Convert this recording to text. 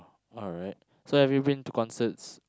alright so have you been to concerts